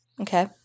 Okay